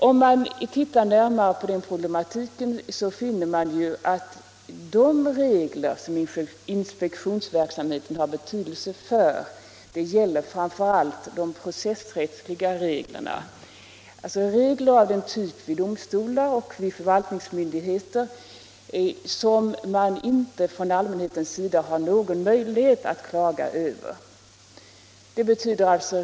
Om man tittar närmare på dessa problem finner man att de regler som inspektionsverksamheten har betydelse för framför allt är de processrättsliga reglerna, alltså de regler för verksamheten vid domstolar och förvaltningsmyndigheter som allmänheten inte har någon möjlighet att klaga över.